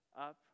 up